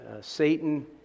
Satan